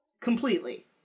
completely